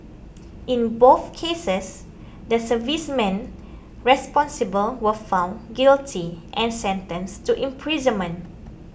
in both cases the servicemen responsible were found guilty and sentenced to imprisonment